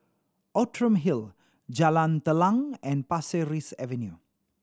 Outram Hill Jalan Telang and Pasir Ris Avenue